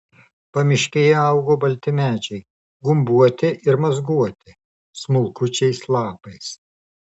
pamiškėje augo balti medžiai gumbuoti ir mazguoti smulkučiais lapais